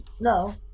No